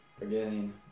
Again